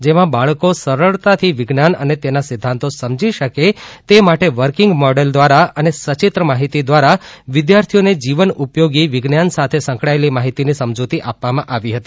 જેમા બાળકો સરલતાથી વિજ્ઞાન અને તેના સિધ્ધાંતો સમજી શકે તે માટે વર્કિંગ મોડેલ દ્વારા અને સચિત્ર માહિતી દ્વારા વિધ્યાર્થીઓને જીવન ઉપયોગી વિજ્ઞાન સાથે સંકલાયેલ માહિતી ની સમજૂતી આપવામા આવી હતી